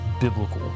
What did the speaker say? biblical